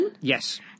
yes